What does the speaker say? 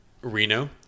Reno